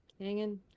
hanging